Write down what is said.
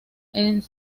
están